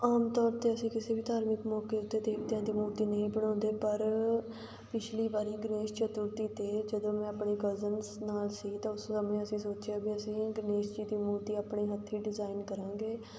ਆਮ ਤੌਰ 'ਤੇ ਅਸੀਂ ਕਿਸੇ ਵੀ ਧਾਰਮਿਕ ਮੌਕੇ ਉੱਤੇ ਦੇਵਤਿਆਂ ਦੀ ਮੂਰਤੀ ਨਹੀਂ ਬਣਾਉਂਦੇ ਪਰ ਪਿਛਲੀ ਵਾਰੀ ਗਨੇਸ਼ ਚਤੁਰਥੀ 'ਤੇ ਜਦੋਂ ਮੈਂ ਆਪਣੀ ਕਜ਼ਨਸ ਨਾਲ ਸੀ ਤਾਂ ਉਸ ਸਮੇਂ ਅਸੀਂ ਸੋਚਿਆ ਵੀ ਅਸੀਂ ਗਨੇਸ਼ ਜੀ ਦੀ ਮੂਰਤੀ ਆਪਣੇ ਹੱਥੀਂ ਡਿਜ਼ਾਇਨ ਕਰਾਂਗੇ